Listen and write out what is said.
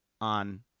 on